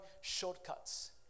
shortcuts